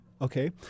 Okay